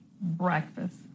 breakfast